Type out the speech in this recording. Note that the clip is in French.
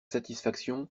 satisfaction